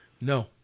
No